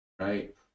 right